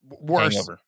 Worse